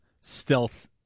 stealth